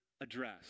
address